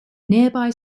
nearby